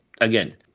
again